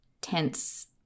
tense